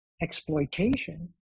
exploitation